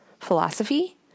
philosophy